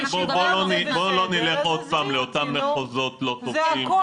רגע, בואו לא נלך עוד פעם לאותם מחוזות לא טובים.